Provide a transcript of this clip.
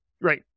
right